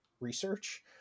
research